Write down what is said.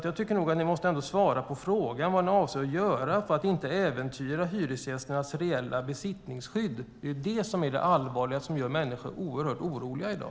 Jag tycker att ni ändå måste svara på frågan vad ni avser att göra för att inte äventyra hyresgästernas reella besittningsskydd. Det är det som är det allvarliga och som gör människor oerhört oroliga i dag.